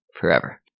forever